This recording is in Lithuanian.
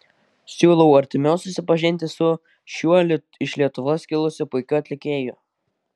siūlau artimiau susipažinti su šiuo iš lietuvos kilusiu puikiu atlikėju